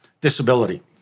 disability